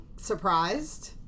surprised